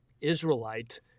Israelite